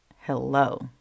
Hello